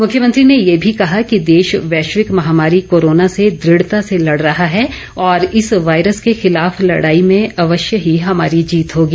मुख्यमंत्री ने ये भी कहा कि देश वैश्विक महामारी कोरोना से दृढता से लड़ रहा है और इस वायरस के खिलाफ लड़ाई में अवश्य ही हमारी जीत होगी